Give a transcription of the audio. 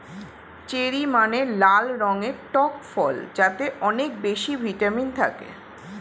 cherry মানে লাল রঙের টক ফল যাতে অনেক বেশি ভিটামিন থাকে